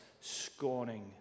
scorning